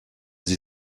sie